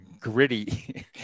gritty